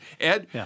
Ed